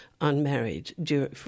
unmarried